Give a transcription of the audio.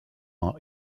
are